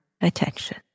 attention